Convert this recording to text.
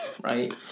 right